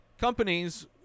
companies